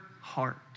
heart